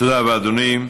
תודה רבה, אדוני.